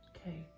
Okay